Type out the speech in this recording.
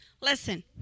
Listen